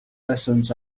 lessons